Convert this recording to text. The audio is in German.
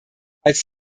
als